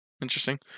Interesting